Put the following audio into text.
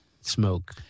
smoke